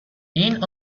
این